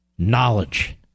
knowledge